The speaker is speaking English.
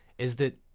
is that,